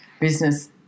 business